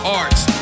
arts